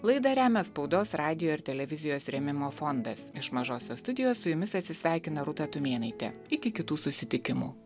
laidą remia spaudos radijo ir televizijos rėmimo fondas iš mažosios studijos su jumis atsisveikina rūta tumėnaitė iki kitų susitikimų